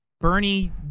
Bernie